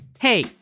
Hey